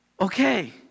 okay